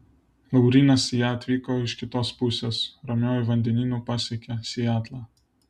laurynas į ją atvyko iš kitos pusės ramiuoju vandenynu pasiekė sietlą